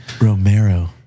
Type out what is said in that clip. Romero